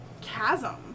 chasm